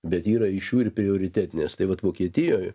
bet yra iš jų ir prioritetinės tai vat vokietijoje